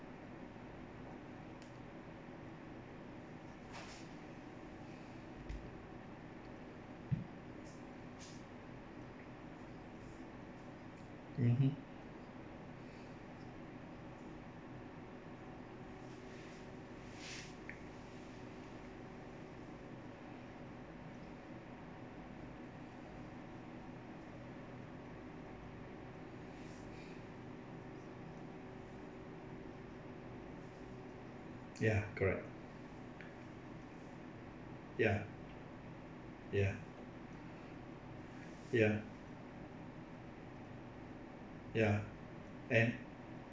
mmhmm ya correct ya ya ya ya and